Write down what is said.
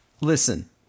listen